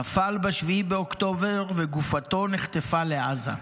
הוא נפל ב-7 באוקטובר וגופתו נחטפה לעזה.